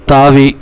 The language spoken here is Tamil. தாவி